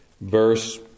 verse